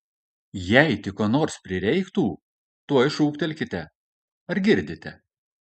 jei tik ko nors prireiktų tuoj šūktelkite ar girdite